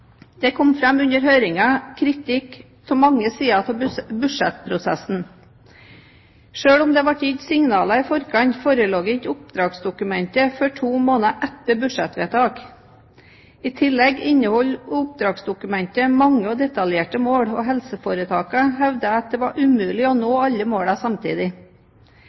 Det kom under høringen fram kritikk av mange sider ved budsjettprosessen. Selv om det ble gitt signaler i forkant, forelå ikke oppdragsdokumentet før to måneder etter budsjettvedtak. I tillegg inneholdt oppdragsdokumentet mange og detaljerte mål, og helseforetakene hevdet at det var umulig å nå alle målene samtidig.